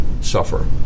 suffer